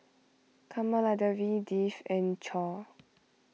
Kamaladevi Dev and Choor